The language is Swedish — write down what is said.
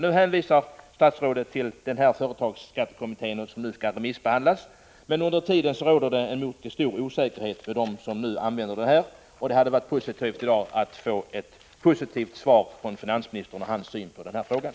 Nu hänvisar statsrådet till förmånsskattekommitténs betänkande, som skall remissbehandlas. Men under tiden råder det mycket stor osäkerhet hos dem som använder sig av motionskuponger, och det hade därför varit bra att i dag få ett positivt besked från finansministern om hans syn på den här frågan.